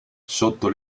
sotto